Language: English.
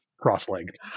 cross-legged